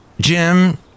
Jim